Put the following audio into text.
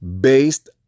based